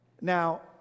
Now